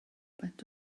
faint